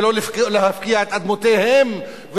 ולא להפקיע את אדמותיהם,